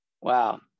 Wow